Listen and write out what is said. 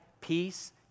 peace